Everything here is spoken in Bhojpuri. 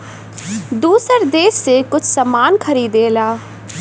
दूसर देस से कुछ सामान खरीदेला